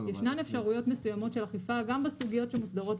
ישנן אפשרויות מסוימות של אכיפה גם בסוגיות שמוסדרות